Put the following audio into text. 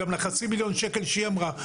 גם לחצי מיליון שקלים שהיא אמרה.